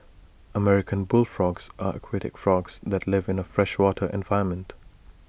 American bullfrogs are aquatic frogs that live in A freshwater environment